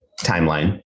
timeline